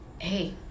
hey